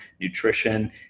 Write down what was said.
nutrition